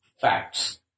facts